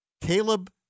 Caleb